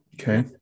Okay